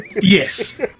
Yes